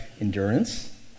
endurance